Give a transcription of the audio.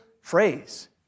phrase